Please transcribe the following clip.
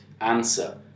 answer